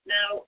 Now